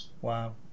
Wow